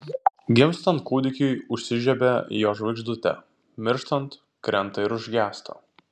gimstant kūdikiui užsižiebia jo žvaigždutė mirštant krenta ir užgęsta